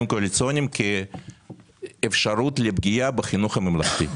הקואליציוניים כאפשרות לפגיעה בחינוך הממלכתי,